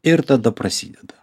ir tada prasideda